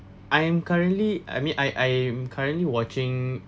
I'm currently I mean I I am currently watching